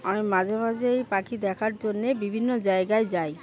আমি মাঝে মাঝে এই পাখি দেখার জন্যে বিভিন্ন জায়গায় যাই